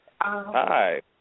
Hi